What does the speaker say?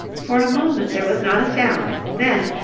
for a moment there was not a sound, then,